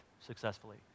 successfully